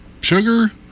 sugar